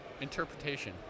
interpretation